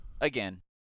Again